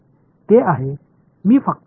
ते आहेत मी फक्त